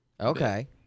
Okay